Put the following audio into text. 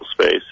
space